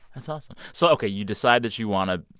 that's awesome. so ok, you decide that you want to